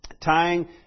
tying